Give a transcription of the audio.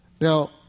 Now